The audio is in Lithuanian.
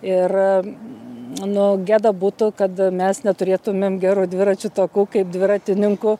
ir nu gėda būtų kad mes neturėtumėm gerų dviračių takų kaip dviratininkų